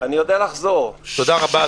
תודה רבה,